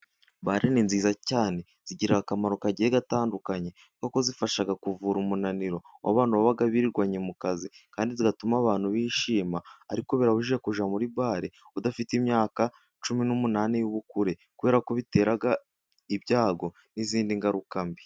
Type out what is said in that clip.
Bare ni nziza cyane zigira akamaro kagiye gatandukanye, kuko zifasha kuvura umunaniro w' abantu baba birirwanye mu kazi, kandi zigatuma abantu bishima ariko birabujijwe, kujya muri bare udafite imyaka cumi n' umunani y' ubukure kubera ko bitera ibyago n' izindi ngaruka mbi.